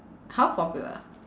how popular